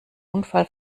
unfall